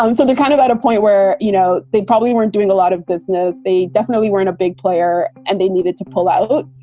um so they're kind of at a point where, you know, they probably weren't doing a lot of business. they definitely weren't a big player and they needed to pull out